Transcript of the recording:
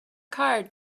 card